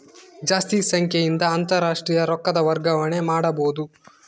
ಜಾಸ್ತಿ ಸಂಖ್ಯೆಯಿಂದ ಅಂತಾರಾಷ್ಟ್ರೀಯ ರೊಕ್ಕದ ವರ್ಗಾವಣೆ ಮಾಡಬೊದು